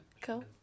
Cool